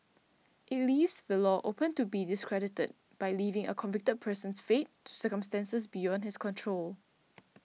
it leaves the law open to be discredited by leaving a convicted person's fate to circumstances beyond his control